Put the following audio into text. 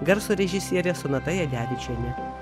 garso režisierė sonata jadevičienė